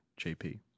JP